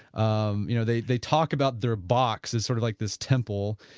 um you know, they they talk about their box is sort of like this temple,